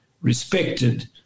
respected